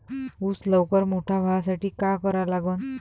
ऊस लवकर मोठा व्हासाठी का करा लागन?